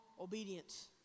obedience